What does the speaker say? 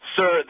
Sir